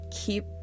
keep